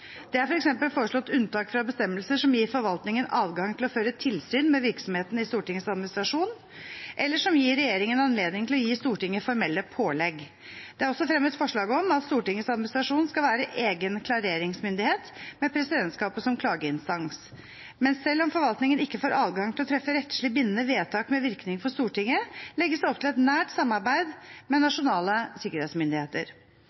Det er f.eks. foreslått unntak fra bestemmelser som gir forvaltningen adgang til å føre tilsyn med virksomheten i Stortingets administrasjon, eller som gir regjeringen anledning til å gi Stortinget formelle pålegg. Det er også fremmet forslag om at Stortingets administrasjon skal være egen klareringsmyndighet med presidentskapet som klageinstans. Men selv om forvaltningen ikke får adgang til å treffe rettslig bindende vedtak med virkning for Stortinget, legges det opp til et nært samarbeid med